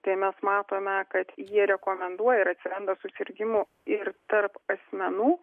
tai mes matome kad jie rekomenduoja ir atsiranda susirgimų ir tarp asmenų